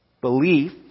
Belief